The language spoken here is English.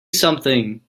something